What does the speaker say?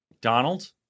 Donald